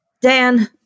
Dan